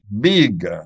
big